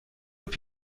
باید